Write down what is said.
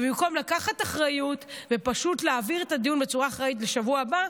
ובמקום לקחת אחריות ופשוט להעביר את הדיון בצורה אחראית לשבוע הבא,